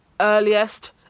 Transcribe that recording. earliest